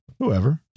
whoever